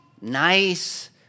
nice